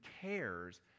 cares